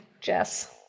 Jess